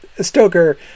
Stoker